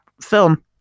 film